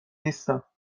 نیستم